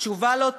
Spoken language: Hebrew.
תשובה לא טובה,